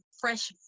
fresh